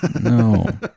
no